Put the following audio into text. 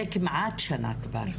זה כמעט שנה כבר.